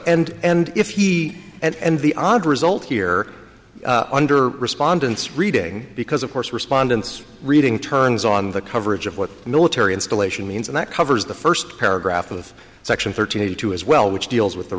and and if he and the odd result here under respondents reading because of course respondents reading turns on the coverage of what military installation means and that covers the first paragraph of section thirty two as well which deals with the